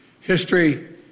History